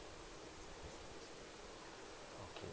okay